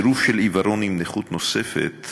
צירוף של עיוורון עם נכות נוספת